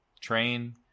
train